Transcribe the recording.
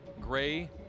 gray